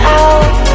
out